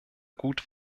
gut